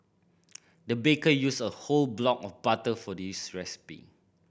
the baker used a whole block of butter for this recipe